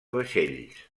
vaixells